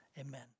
amen